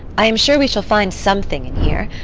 i am sure we shall find something in here.